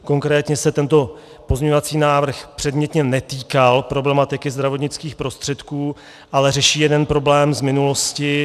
Konkrétně se tento pozměňovací návrh předmětně netýkal problematiky zdravotnických prostředků, ale řeší jeden problém z minulosti.